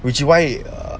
which why err